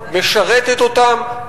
משרתת אותם,